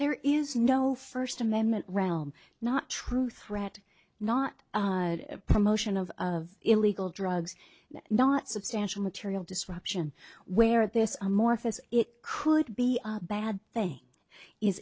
there is no first amendment realm not true threat not promotion of of illegal drugs not substantial material disruption where this amorphous it could be bad thing is